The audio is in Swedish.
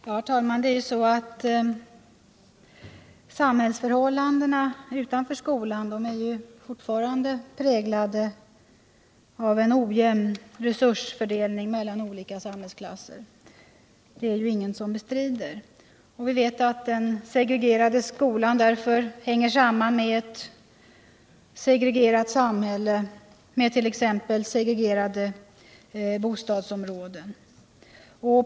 Herr talman! Ingen bestrider att samhällsförhållandena utanför skolan fortfarande är präglade av en ojämn resursfördelning mellan olika samhällsklasser. Vi vet att den segregerade skolan därför hänger samman med ett segregerat samhälle med 1. ex. segregerade bostadsområden.